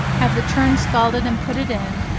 have the churn scalded and put it in,